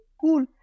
cool